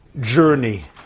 journey